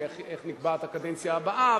ואיך נקבעת הקדנציה הבאה,